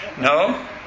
No